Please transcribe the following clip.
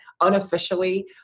unofficially